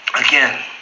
again